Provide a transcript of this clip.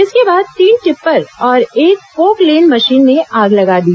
इसके बाद तीन टिप्पर और एक पोकलेन मशीन में आग लगा दी